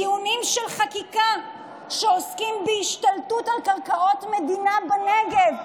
דיונים של חקיקה שעוסקים בהשתלטות על קרקעות מדינה בנגב.